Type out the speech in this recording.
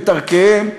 את ערכיהם,